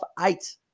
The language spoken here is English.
eight